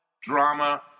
drama